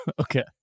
Okay